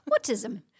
Autism